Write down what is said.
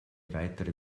weitere